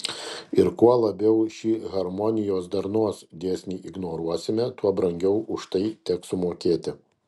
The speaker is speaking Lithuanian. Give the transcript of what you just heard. ir kuo labiau šį harmonijos darnos dėsnį ignoruosime tuo brangiau už tai teks sumokėti